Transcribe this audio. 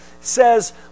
says